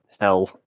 hell